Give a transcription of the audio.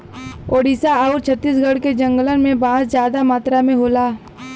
ओडिसा आउर छत्तीसगढ़ के जंगलन में बांस जादा मात्रा में होला